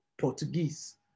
Portuguese